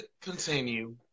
Continue